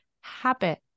habit